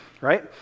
right